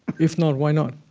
if not, why not?